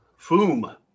Foom